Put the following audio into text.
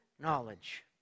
knowledge